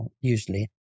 usually